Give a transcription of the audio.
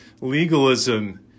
Legalism